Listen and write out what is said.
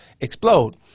explode